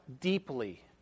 deeply